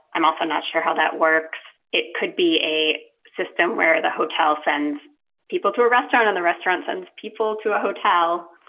i'm also not sure how that works. it could be a system where the hotel sends people to a restaurant on the restaurant sends people to a hotel.